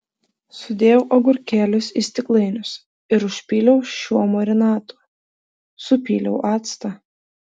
sudėjau agurkėlius į stiklainius ir užpyliau šiuo marinatu supyliau actą